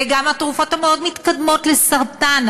וגם התרופות המאוד-מתקדמות לסרטן,